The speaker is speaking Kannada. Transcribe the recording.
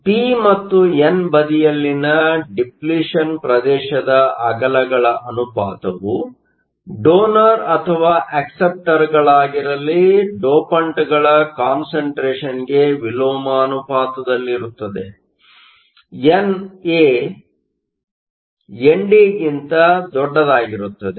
ಆದ್ದರಿಂದ ಪಿ ಮತ್ತು ಎನ್ ಬದಿಯಲ್ಲಿನ ಡಿಪ್ಲಿಷನ್Depletion ಪ್ರದೇಶದ ಅಗಲಗಳ ಅನುಪಾತವು ಡೋನರ್ ಅಥವಾ ಅಕ್ಸೆಪ್ಟರ್Acceptorಗಳಾಗಿರಲಿ ಡೋಪಂಟ್ಗಳ ಕಾನ್ಸಂಟ್ರೇಷನ್Concentrationಗೆ ವಿಲೋಮಾನುಪಾತದಲ್ಲಿರುತ್ತದೆ